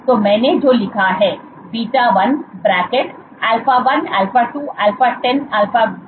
तो मैंने जो लिखा है β1 α1 α2 α10 α11 है